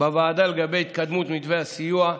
בוועדה לגבי התקדמות מתווה הסיוע,